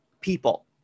people